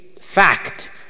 fact